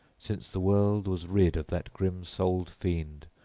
since the world was rid of that grim-souled fiend,